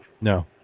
No